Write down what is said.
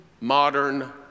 Modern